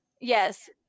Yes